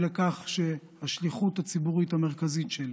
לכך שהשליחות הציבורית המרכזית שלי